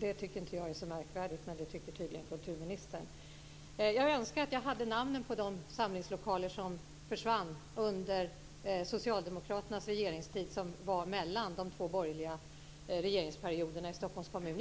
tycker inte jag är så märkvärdigt, men det tycker tydligen kulturministern. Jag önskar att jag hade namnen på de samlingslokaler som försvann under socialdemokraternas regeringstid mellan de två borgerliga regeringsperioderna i Stockholms kommun.